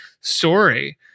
story